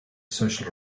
social